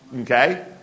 Okay